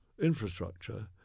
Infrastructure